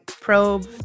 probe